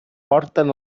porten